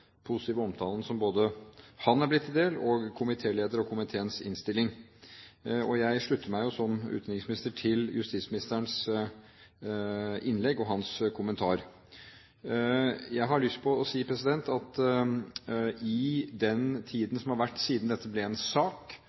positive omtalen som er blitt både han, komitélederen og komiteens innstilling til del. Og jeg slutter meg som utenriksminister til justisministerens innlegg og hans kommentar. Jeg har lyst til å si at i den tiden som har vært siden dette ble en sak,